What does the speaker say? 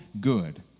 good